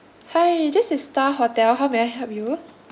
hi this is star hotel how may I help you